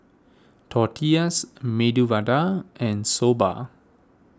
Tortillas Medu Vada and Soba